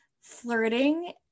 flirting